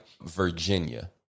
Virginia